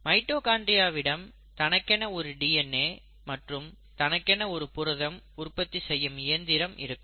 mitochondria விடம் தனக்கென ஒரு டிஎன்ஏ மற்றும் தனக்கென ஒரு புரதம் உற்பத்தி செய்யும் இயந்திரம் இருக்கும்